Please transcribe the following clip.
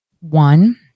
one